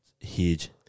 Huge